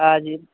हाँ जी